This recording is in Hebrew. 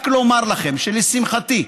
רק אומר לכם שלשמחתי,